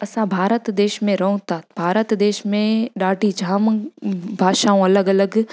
असां भारत देश में रहूं था भारत देश में ॾाढी जाम भाषाऊं अलॻि अलॻि